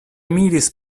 miris